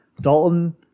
Dalton